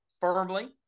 firmly